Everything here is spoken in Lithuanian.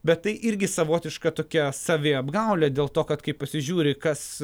bet tai irgi savotiška tokia saviapgaulė dėl to kad kai pasižiūri kas